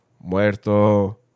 Muerto